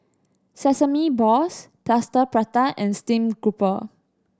sesame balls Plaster Prata and stream grouper